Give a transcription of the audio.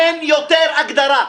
אין יותר הגדרה.